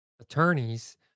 attorneys